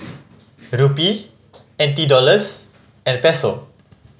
Rupee N T Dollars and Peso